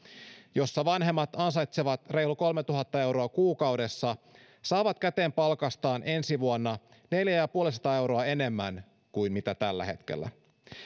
jossa vanhemmat ansaitsevat reilun kolmetuhatta euroa kuukaudessa saa käteen palkastaan ensi vuonna neljä ja puolisataa euroa enemmän kuin mitä tällä hetkellä